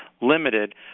limited